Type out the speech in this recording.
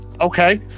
Okay